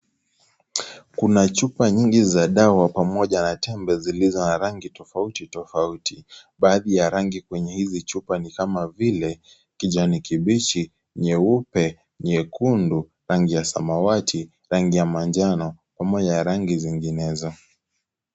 Kuna chupa nyingi za dawa pamoja na tembe zilizo na rangi tofauti tofauti, baadhi ya rangi kwenye hizi chupa ni kama vile kijani kibichi, nyeupe, nyekundu, rangi ya samawati , rangi ya manjano pamoja na rangi zinginezo.